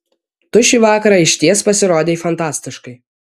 tu šį vakarą išties pasirodei fantastiškai